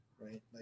right